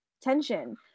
tension